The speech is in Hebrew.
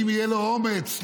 אם יהיה לו אומץ,